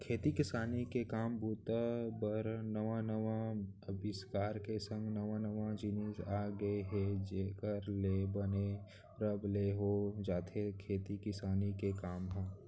खेती किसानी के काम बूता बर नवा नवा अबिस्कार के संग नवा नवा जिनिस आ गय हे जेखर ले बने रब ले हो जाथे खेती किसानी के काम ह